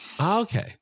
Okay